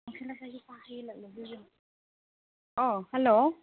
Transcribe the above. ꯑꯣ ꯍꯜꯂꯣ